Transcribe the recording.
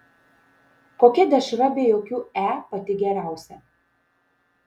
kokia dešra be jokių e pati geriausia